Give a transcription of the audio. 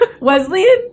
Wesleyan